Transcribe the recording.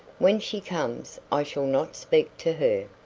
when she comes, i shall not speak to her.